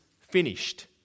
finished